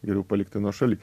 geriau palikti nuošaly